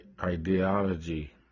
ideology